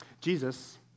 Jesus